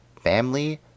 family